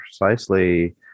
precisely